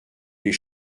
les